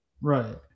Right